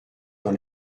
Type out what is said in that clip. dans